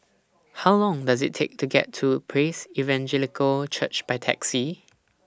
How Long Does IT Take to get to Praise Evangelical Church By Taxi